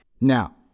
Now